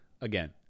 Again